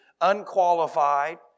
unqualified